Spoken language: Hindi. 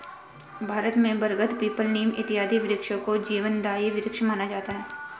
भारत में बरगद पीपल नीम इत्यादि वृक्षों को जीवनदायी वृक्ष माना जाता है